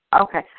Okay